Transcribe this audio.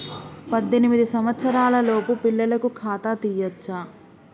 పద్దెనిమిది సంవత్సరాలలోపు పిల్లలకు ఖాతా తీయచ్చా?